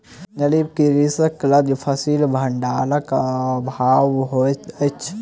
गरीब कृषक लग फसिल भंडारक अभाव होइत अछि